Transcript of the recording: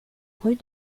rue